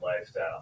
lifestyle